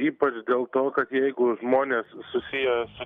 ypač dėl to kad jeigu žmonės susiję su